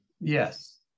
Yes